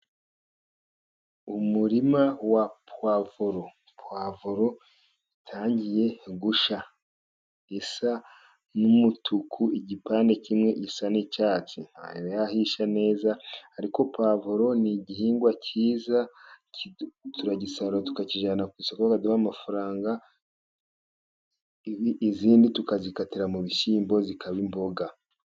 Umurima wa puwavuro, puwavuro itangiye gushya isa n'umutuku, igipande kimwe gisa n'icyatsi, ntiyari yahisha neza, ariko puwavuro ni igihingwa cyiza, turagisarura tukakijyana ku isoko, baduha amafaranga, izindi tukazikatira mu bishyimbo zikaba imboga.